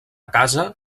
casa